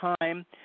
time